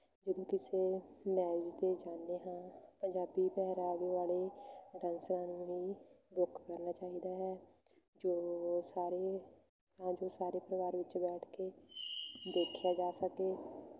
ਜਦੋ ਕਿਸੇ ਮੈਰਿਜ਼ 'ਤੇ ਜਾਂਦੇ ਹਾਂ ਪੰਜਾਬੀ ਪਹਿਰਾਵੇ ਵਾਲੇ ਡਾਂਸਰਾਂ ਨੂੰ ਹੀ ਬੁੱਕ ਕਰਨਾ ਚਾਹੀਦਾ ਹੈ ਜੋ ਸਾਰੇ ਤਾਂ ਜੋ ਸਾਰੇ ਪਰਿਵਾਰ ਵਿੱਚ ਬੈਠ ਕੇ ਦੇਖਿਆ ਜਾ ਸਕੇ